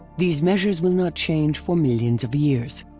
these measures will not change for millions of years!